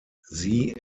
sie